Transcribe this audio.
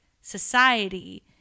society